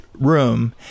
room